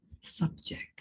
subject